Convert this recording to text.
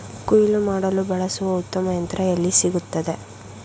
ಕುಯ್ಲು ಮಾಡಲು ಬಳಸಲು ಉತ್ತಮ ಯಂತ್ರ ಎಲ್ಲಿ ಸಿಗುತ್ತದೆ?